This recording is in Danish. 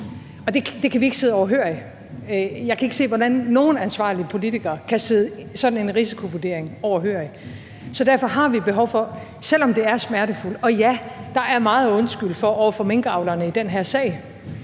og det kan vi ikke sidde overhørig. Jeg kan ikke se, hvordan nogen ansvarlig politiker kan sidde sådan en risikovurdering overhørig. Så selv om det er smertefuldt, og ja, der er meget at undskylde for over for minkavlerne i den her sag,